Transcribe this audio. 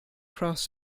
cross